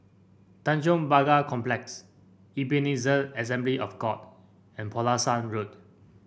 Tanjong Pagar Complex Ebenezer Assembly of God and Pulasan Road